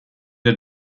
der